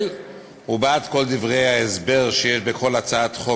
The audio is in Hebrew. ובעד כל דברי ההסבר שיש בכל הצעת חוק,